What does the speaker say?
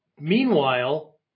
Meanwhile